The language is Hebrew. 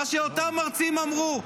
מה שאותם מרצים אמרו,